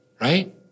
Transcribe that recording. right